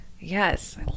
Yes